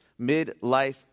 Midlife